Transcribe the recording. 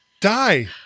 die